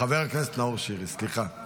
חבר הכנסת נאור שירי, סליחה.